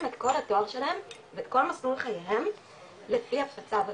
את כל התואר שלהם ואת כל מלול חייהם לפי המצב הזה,